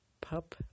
pup